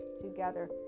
together